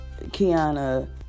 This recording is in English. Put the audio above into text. Kiana